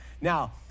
Now